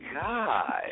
God